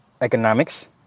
Economics